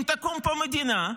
אם תקום פה מדינה,